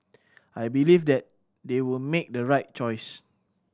I believe that they will make the right choice